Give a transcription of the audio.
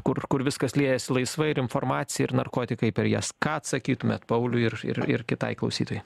kur kur viskas liejasi laisvai ir informacija ir narkotikai per jas ką atsakytumėt pauliui ir kitai klausytojai